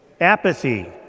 apathy